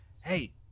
Hey